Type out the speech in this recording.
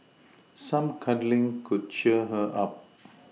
some cuddling could cheer her up